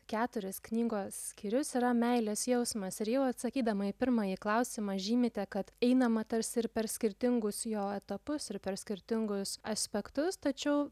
keturis knygos skyrius yra meilės jausmas ir jau atsakydama į pirmąjį klausimą žymite kad einama tarsi ir per skirtingus jo etapus ir per skirtingus aspektus tačiau